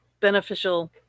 beneficial